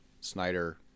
Snyder